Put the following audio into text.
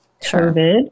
COVID